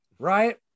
right